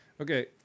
Okay